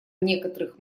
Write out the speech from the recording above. некоторых